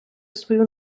свою